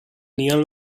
neon